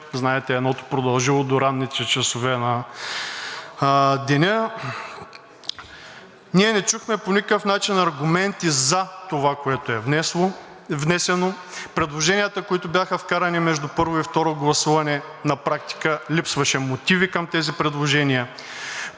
знаете едното продължило до ранните часове на деня. Ние не чухме по никакъв начин аргументи за това, което е внесено. Предложенията, които бяха вкарани между първо и второ гласуване, на практика, липсваше мотиви към тези предложения.